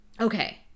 okay